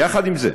יחד עם זה,